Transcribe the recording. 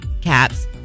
caps